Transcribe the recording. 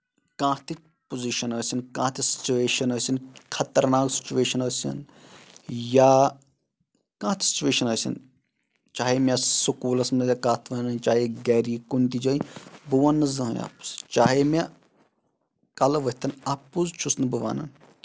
کانہہ تہِ پُزِشن ٲسِنۍ کانہہ تہِ سُچویشن ٲسِنۍ خطرناکھ سُچویشن ٲسِنۍ یا کانٛہہ تہِ سُچویشن ٲسِنۍ چاہے مےٚسکوٗلَس منٛز یا کَتھ وَنان چاہے گرِ کُنہِ تہِ جایہِ بہٕ وَنہٕ نہٕ زٕہٕنۍ اَپُز چاہے مےٚ کَلہٕ ؤتھتن اَپُز چھُس نہٕ بہٕ وَنان